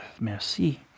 Merci